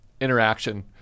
interaction